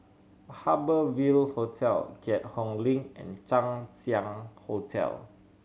Harbour Ville Hotel Keat Hong Link and Chang Ziang Hotel